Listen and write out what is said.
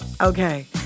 Okay